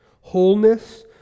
wholeness